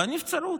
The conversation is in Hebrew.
בנבצרות.